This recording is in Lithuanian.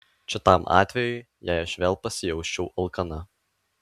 čia tam atvejui jei aš vėl pasijausčiau alkana